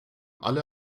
alle